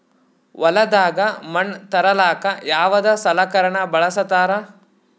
ಹೊಲದಾಗ ಮಣ್ ತರಲಾಕ ಯಾವದ ಸಲಕರಣ ಬಳಸತಾರ?